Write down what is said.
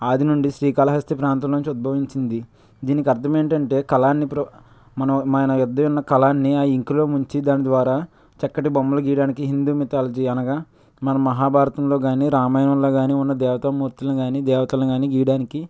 ఆది నుంచి శ్రీకాళహస్తి ప్రాంతం నుంచి ఉద్భవించింది దీనికి అర్థం ఏంటంటే కళా ని మన వద్ద ఉన్న కలాన్ని ఆ ఇంకులో ముంచి దాని ద్వారా చక్కటి బొమ్మలు గీయటానికి హిందు మైథాలజీ అనగా మనం మహాభారతంలో కానీ రామాయణంలో కానీ ఉన్న దేవత మూర్తులని కానీ దేవతలను కానీ గీయడానికి